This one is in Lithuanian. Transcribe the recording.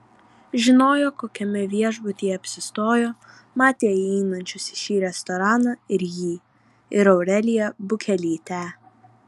žinojo kokiame viešbutyje apsistojo matė įeinančius į šį restoraną ir jį ir aureliją bukelytę